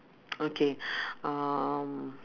okay um